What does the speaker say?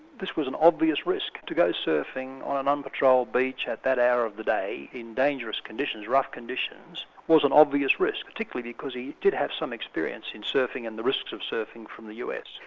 this was an obvious risk. to go surfing on an unpatrolled beach at that hour of the day in dangerous conditions, rough conditions, was an obvious risk, particularly because he did have some experience in surfing and the risks of surfing from the us,